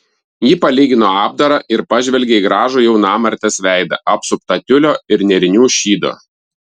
ji palygino apdarą ir pažvelgė į gražų jaunamartės veidą apsuptą tiulio ir nėrinių šydo